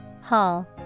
Hall